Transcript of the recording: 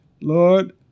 Lord